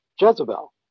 Jezebel